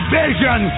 vision